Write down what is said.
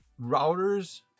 routers